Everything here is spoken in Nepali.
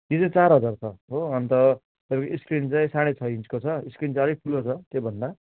यो चाहिँ चार हजारको हो अन्त तपाईँको स्क्रिन चाहिँ साढे छ इन्चको छ स्क्रिन चाहिँ अलिक ठुलो छ त्योभन्दा